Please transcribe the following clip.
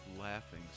laughing